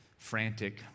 Frantic